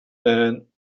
man